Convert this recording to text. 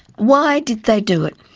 why did they do it?